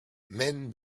men